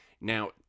Now